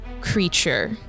creature